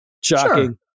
Shocking